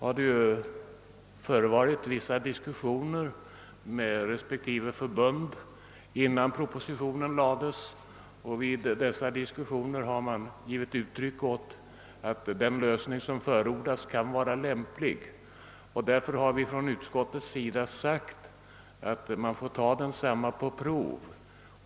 Propositionen föregicks av diskussioner med respektive förbund, och vid dessa diskussioner framkom att den lösning som nu förordas kan vara lämplig. Därför har också utskottet föreslagit denna lösning på prov.